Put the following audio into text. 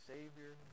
Savior